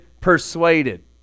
persuaded